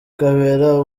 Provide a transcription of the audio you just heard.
kabera